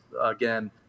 Again